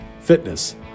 fitness